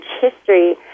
history